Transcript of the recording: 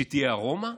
שתהיה ארומה,